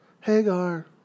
Hagar